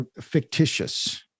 fictitious